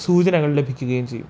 സൂചനകൾ ലഭിക്കുകയും ചെയ്യും